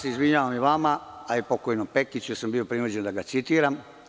Izvinjavam se i vama, a i pokojnom Pekiću, jer sam bio prinuđen da ga citiram.